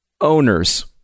owners